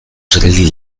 sri